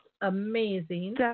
amazing